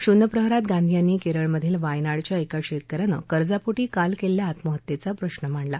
शुन्य प्रहरात गांधी यांनी केरळमधील वायनाडच्या एका शेतक यांने कर्जा पोटी काल केलेल्या आत्महत्येचा प्रश्न मांडला